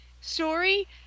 story